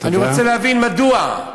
ואני רוצה להבין מדוע.